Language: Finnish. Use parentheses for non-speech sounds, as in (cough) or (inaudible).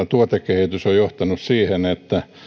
(unintelligible) tuotekehitys on johtanut siihen että